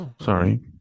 Sorry